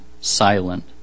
silent